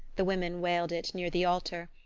the women wailed it near the altar,